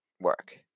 work